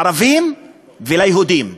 לערבים וליהודים.